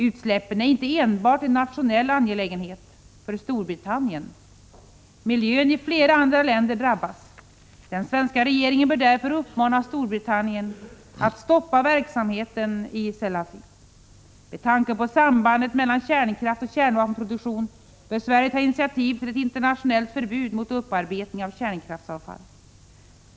Utsläppen är inte enbart en nationell angelägenhet för Storbritannien. Miljön i flera andra länder drabbas. Den svenska regeringen bör därför uppmana Storbritannien att stoppa verksamheten i Sellafield. Med tanke på sambandet mellan kärnkraft och kärnvapenproduktion bör Sverige ta initiativ till ett internationellt förbud mot upparbetning av kärnkraftsavfall.